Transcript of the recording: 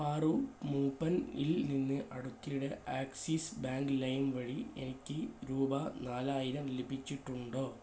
പാറു മൂപ്പനിൽ നിന്ന് അടുത്തിടെ ആക്സിസ് ബാങ്ക് ലൈൻ വഴി എനിക്ക് രൂപ നാലായിരം ലഭിച്ചിട്ടുണ്ടോ